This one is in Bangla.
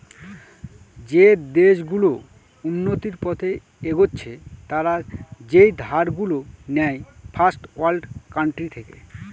যে দেশ গুলো উন্নতির পথে এগচ্ছে তারা যেই ধার গুলো নেয় ফার্স্ট ওয়ার্ল্ড কান্ট্রি থেকে